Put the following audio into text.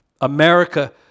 America